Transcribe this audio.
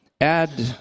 Add